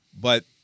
But-